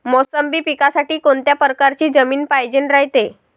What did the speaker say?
मोसंबी पिकासाठी कोनत्या परकारची जमीन पायजेन रायते?